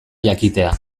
jakitea